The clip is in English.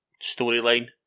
storyline